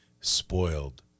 spoiled